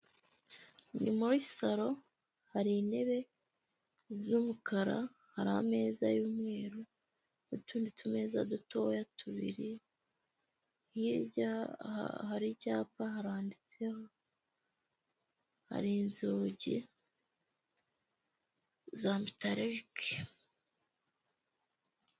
Ni muri salo hari intebe z'umukara, hari ameza y'umweru n'utundi tumeza dutoya tubiri, hirya hari icyapa haranditseho, hari inzugi za mitarike.